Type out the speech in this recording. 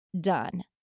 done